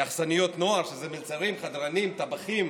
אכסניות נוער, שזה מלצרים, חדרנים, טבחים